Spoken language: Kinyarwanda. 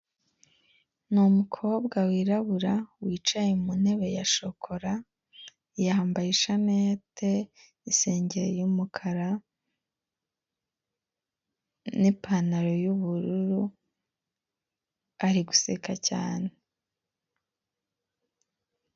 Ni umukobwa wirabura wicaye mu ntebe ya shokora yambaye ishanete, isengeri y'umukara n'ipantaro y'ubururu ari guseka cyane.